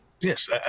Yes